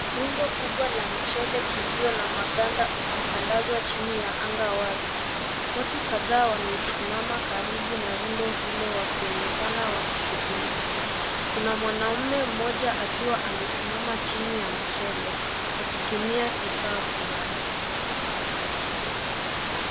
Rundo kubwa la mchele ulio na maganda ukitandazwa chini, ya anga wazi, watu kadhaa wamesimama karibu na rundo hilo wakionekana wakishugulika, kuna mwanaume mmoja akiwa amesimaa chini ya mchele, alitumia kifaa fulani.